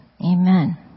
Amen